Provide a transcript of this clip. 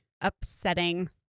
upsetting